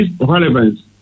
relevance